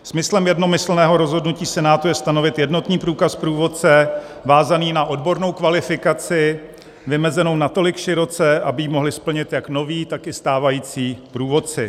Smyslem jednomyslného rozhodnutí Senátu je stanovit jednotný průkaz průvodce vázaný na odbornou kvalifikaci, vymezenou natolik široce, aby ji mohli splnit jak noví, tak i stávající průvodci.